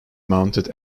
mounted